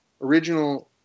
original